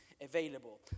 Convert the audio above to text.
available